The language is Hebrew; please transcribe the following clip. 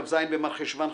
כ"ז במרחשוון,